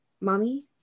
mommy